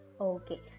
Okay